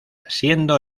siendo